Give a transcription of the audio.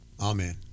Amen